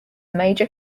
major